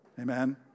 Amen